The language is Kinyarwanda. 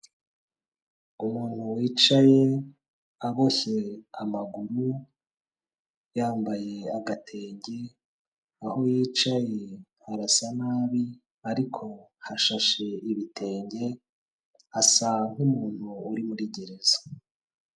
Umuntu wicaye aboshye amaguru yambaye agatenge, aho yicaye arasa nabi ariko hashashe ibitenge asa nk'umuntu uri muri gereza.